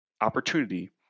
opportunity